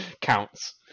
Counts